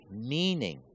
meaning